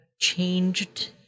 changed